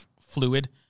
fluid